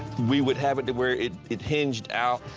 we would have it to where it it hinged out